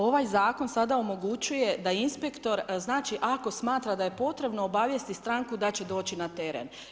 Ovaj zakon sada omogućuje da inspektor, ako smatra da je potrebno obavijestiti stranku, da će doći na teren.